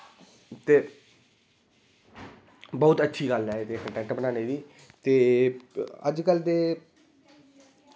ते बहुत अच्छी गल्ल ऐ एह् जेहा कन्टैंट बनाने दी ते अज्जकल दे